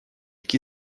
que